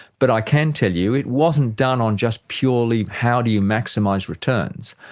but i can tell you it wasn't done on just purely how do you maximise returns.